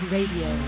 Radio